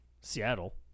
Seattle